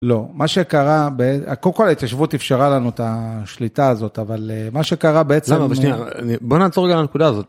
לא, מה שקרה, קודם כל ההתיישבות אפשרה לנו את השליטה הזאת, אבל מה שקרה בעצם... למה אבל שנייה, בוא נעצור רגע על הנקודה הזאת.